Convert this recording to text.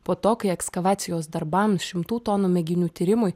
po to kai ekskavacijos darbam šimtų tonų mėginių tyrimui